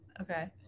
Okay